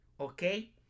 Okay